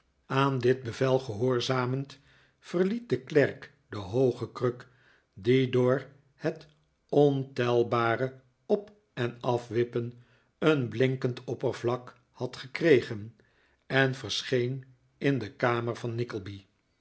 aan dit bevel gehoorzamend verliet de klerk de hooge kruk die door het ontelbare op en afwippen een blinkend oppervlak had gekregen en verscheen in de kamer van nickleby